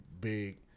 big